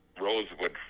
rosewood